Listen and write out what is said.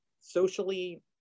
socially